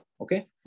Okay